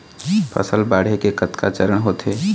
फसल बाढ़े के कतका चरण होथे?